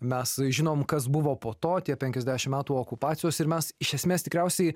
mes žinom kas buvo po to tie penkiasdešim metų okupacijos ir mes iš esmės tikriausiai